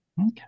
Okay